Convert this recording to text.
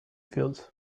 fuels